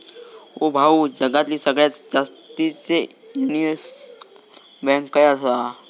ओ भाऊ, जगातली सगळ्यात जास्तीचे युनिव्हर्सल बँक खय आसा